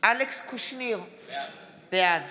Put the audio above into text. אלכס קושניר, בעד